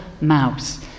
mouse